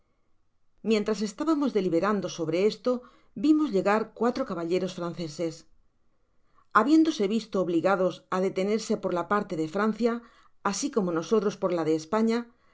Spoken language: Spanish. mientras estabamos deliberando sobre esto vimos llegar cuatro caballeros franceses habiéndose visto obligados á detenerse por la parte de francia asi como nosotros por la de españa